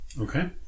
Okay